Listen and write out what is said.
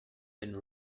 been